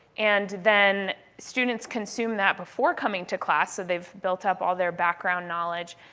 and then students consume that before coming to class so they've built up all their background knowledge.